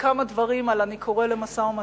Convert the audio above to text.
וכמה דברים על "אני קורא למשא-ומתן"